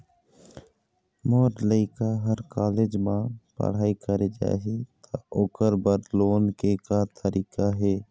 मोर लइका हर कॉलेज म पढ़ई करे जाही, त ओकर बर लोन ले के का तरीका हे?